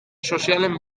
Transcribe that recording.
sozialen